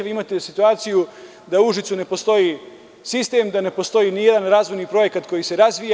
Vi imate situaciju da u Užicu ne postoji sistem, da ne postoji nijedan razvojni projekat koji se razvija.